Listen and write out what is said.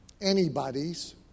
anybody's